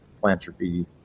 philanthropy